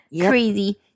Crazy